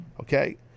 Okay